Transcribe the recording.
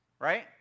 right